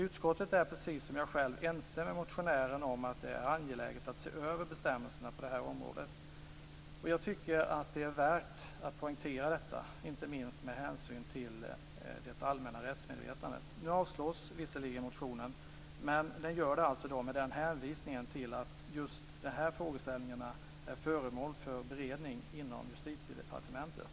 Utskottet är, precis som jag själv, ense med motionären om att det är angeläget att se över bestämmelserna på det här området. Jag tycker att det är värt att poängtera detta, inte minst med hänsyn till det allmänna rättsmedvetandet. Nu avstyrks visserligen motionen, men det görs med hänvisning till att just de här frågeställningarna är föremål för beredning inom Justitiedepartementet.